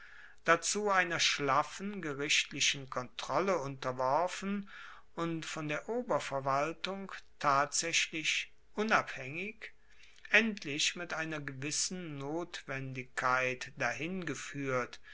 dazu einer schlaffen gerichtlichen kontrolle unterworfen und von der oberverwaltung tatsaechlich unabhaengig endlich mit einer gewissen notwendigkeit dahin gefuehrt